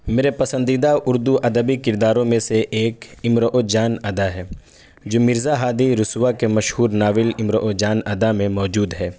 میرے پسندیدہ اردو ادبی کرداروں میں سے ایک امراؤ جان ادا ہے جو مرزا ہادی رسوا کے مشہور ناول امراؤ جان ادا میں موجود ہے